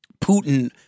Putin